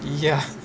ya